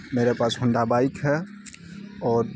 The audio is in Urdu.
میرے پاس ہونڈا بائک ہے اور